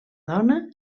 dona